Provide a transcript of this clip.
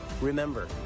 remember